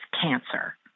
cancer